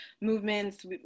movements